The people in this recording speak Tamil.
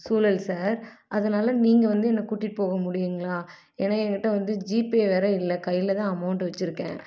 சூழல் சார் அதனால் நீங்கள் வந்து என்ன கூட்டிகிட்டு போக முடியுங்களா ஏன்னால் என் கிட்டே வந்து ஜிபே வேறு இல்லை கையில் தான் அமௌண்ட்டு வெச்சுருக்கேன்